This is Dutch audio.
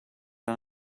dan